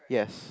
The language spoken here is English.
yes